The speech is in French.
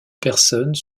personnes